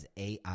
AI